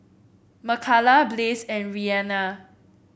Makala Blaze and Rhianna